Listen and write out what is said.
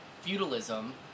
feudalism